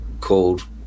called